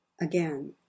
again